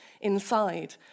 inside